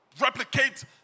replicate